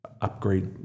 upgrade